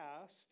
past